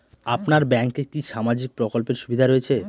আপনার ব্যাংকে কি সামাজিক প্রকল্পের সুবিধা রয়েছে?